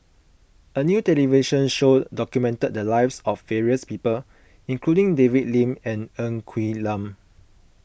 a new television show documented the lives of various people including David Lim and Ng Quee Lam